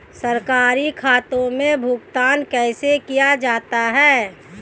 सरकारी खातों में भुगतान कैसे किया जाता है?